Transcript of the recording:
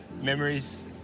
memories